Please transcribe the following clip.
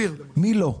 מי לא?